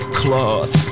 cloth